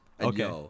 Okay